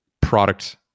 product